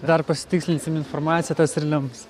dar pasitikslinsim informaciją tas ir lems